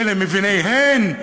ולמביני הן,